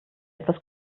etwas